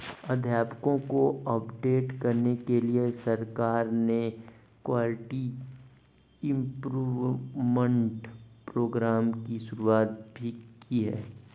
अध्यापकों को अपडेट करने के लिए सरकार ने क्वालिटी इम्प्रूव्मन्ट प्रोग्राम की शुरुआत भी की है